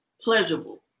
pleasurable